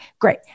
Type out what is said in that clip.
great